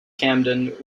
camden